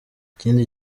ikindi